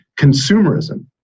consumerism